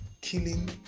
killing